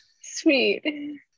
sweet